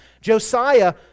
Josiah